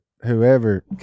whoever